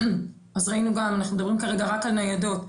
אנחנו מדברים כרגע רק על ניידות,